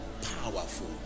powerful